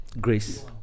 Grace